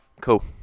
Cool